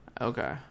Okay